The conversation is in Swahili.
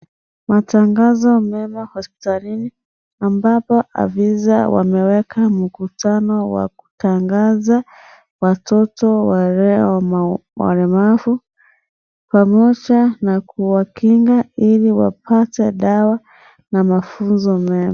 Matangazo mema hospitalini ambapo afisa wameka mkutano wa kutangaza watoto walio walemavu pamoja na kuwakinga iko wapate dawa na mafunzo mena.